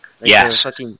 Yes